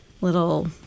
little